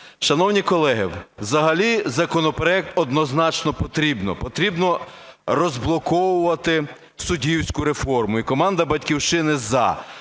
Шановні колеги, взагалі законопроект однозначно потрібно, потрібно розблоковувати суддівську реформу. І команда "Батьківщини" – за.